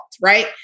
Right